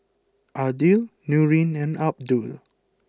Aidil Nurin and Abdul